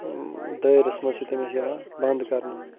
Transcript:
دٲیرَس منٛز چھُ تٔمِس یِوان بنٛد کَرنہٕ